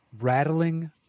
rattling